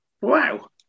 Wow